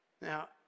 Now